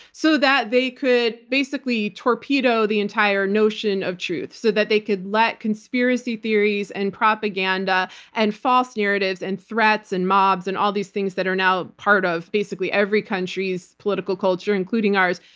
so that they could basically torpedo the entire notion of truth, so that they could let conspiracy theories and propaganda and false narratives and threats and mobs and all these things that are now part of basically every country's political culture, including ours,